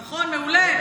נכון, מעולה.